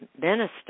minister